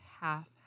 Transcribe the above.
half